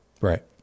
Right